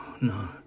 no